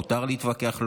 מותר להתווכח,